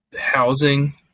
housing